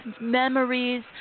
memories